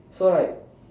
so like